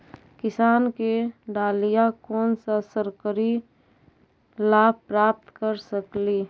किसान के डालीय कोन सा सरकरी लाभ प्राप्त कर सकली?